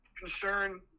concern